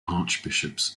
archbishops